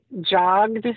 jogged